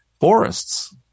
forests